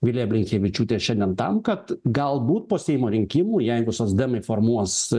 viliją blinkevičiūtę šiandien tam kad galbūt po seimo rinkimų jeigu socdemai formuos